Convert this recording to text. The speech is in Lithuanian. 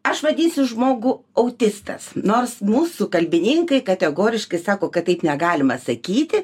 aš vadinsiu žmogų autistas nors mūsų kalbininkai kategoriškai sako kad taip negalima sakyti